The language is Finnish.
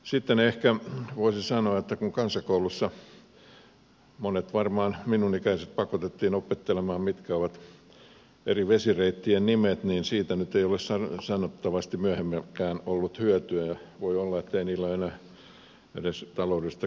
sitten ehkä voisi sanoa että kun kansakoulussa monet minun ikäiseni varmaan pakotettiin opettelemaan mitkä ovat eri vesireittien nimet niin siitä nyt ei ole sanottavasti myöhemminkään ollut hyötyä ja voi olla ettei niillä ole enää edes taloudellista käyttöarvoa